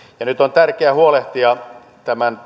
ja nyt on tärkeää huolehtia tämän